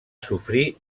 sofrir